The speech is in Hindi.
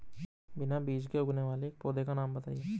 बिना बीज के उगने वाले एक पौधे का नाम बताइए